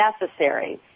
necessary